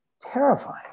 terrifying